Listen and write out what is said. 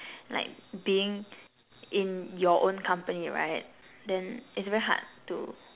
like being in your own company right then it's very hard to